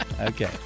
okay